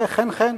חן חן.